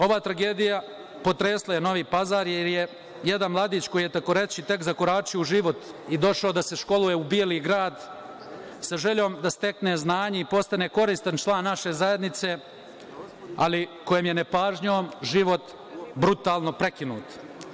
Ova tragedija potresla je Novi Pazar, jer je jedan mladić, koji je, takoreći, tek zakoračio u život i došao da se školuje u Beograd, sa željom da stekne znanje i postane koristan član naše zajednice, ali kojem je, nepažnjom, život brutalno prekinut.